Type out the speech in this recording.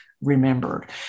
remembered